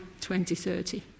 2030